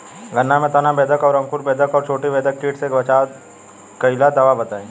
गन्ना में तना बेधक और अंकुर बेधक और चोटी बेधक कीट से बचाव कालिए दवा बताई?